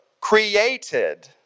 created